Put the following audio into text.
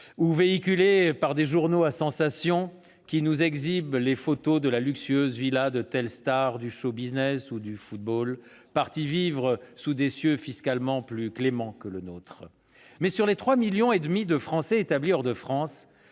-ou véhiculée par des journaux à sensation qui nous exhibent les photos de la luxueuse villa de telle star du show-business ou du football, partie vivre sous des cieux fiscalement plus cléments que le nôtre. Sur les 3,5 millions de Français établis hors de France,